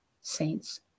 saints